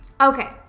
Okay